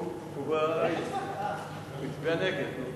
הוא הצביע נגד.